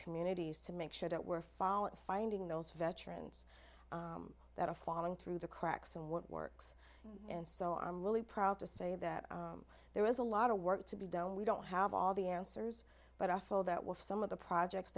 communities to make sure that we're following finding those veterans that are falling through the cracks and what works and so i'm really proud to say that there is a lot of work to be done we don't have all the answers but awful that with some of the projects